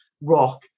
rock